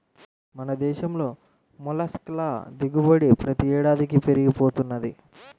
మన దేశంలో మొల్లస్క్ ల దిగుబడి ప్రతి ఏడాదికీ పెరిగి పోతున్నది